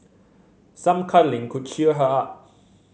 some cuddling could cheer her up